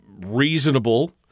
reasonable